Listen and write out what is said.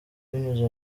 binyuze